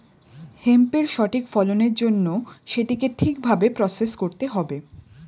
হেম্পের সঠিক ফলনের জন্য সেটিকে ঠিক ভাবে প্রসেস করতে হবে